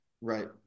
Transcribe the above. Right